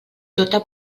tota